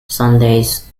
sundays